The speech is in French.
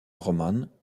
roman